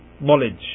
knowledge